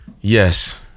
Yes